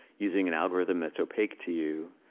using an algorithm that's opaque to you,